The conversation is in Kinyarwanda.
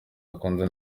akunze